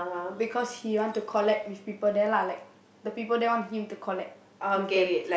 because he wants to collab with people there lah like the people there want him to collab with them